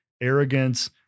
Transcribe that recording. arrogance